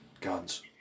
Guns